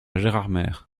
gérardmer